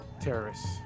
terrorists